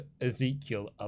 Ezekiel